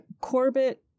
Corbett